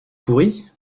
pourrie